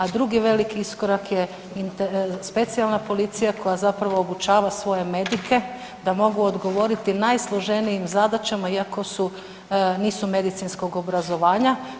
A drugi veliki iskorak je specijalna policija koja zapravo obučava svoje … da mogu odgovoriti najsloženijim zadaćama iako nisu medicinskog obrazovanja.